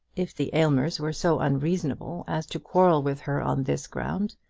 if the aylmers were so unreasonable as to quarrel with her on this ground,